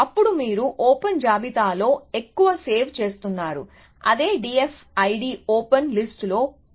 అప్పుడు మీరు ఓపెన్ జాబితాలో ఎక్కువగా సేవ్ చేస్తున్నారు అదే D F I D open లిస్టులో పొదుపు చేయడం